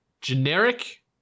Generic